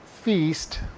feast